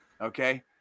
Okay